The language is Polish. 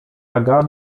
aga